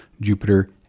Jupiter